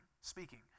speaking